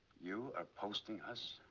you are posting us.